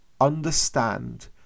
Understand